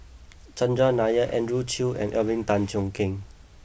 Chandran Nair Andrew Chew and Alvin Tan Cheong Kheng